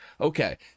Okay